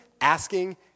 asking